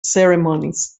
ceremonies